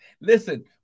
Listen